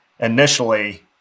Initially